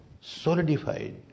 solidified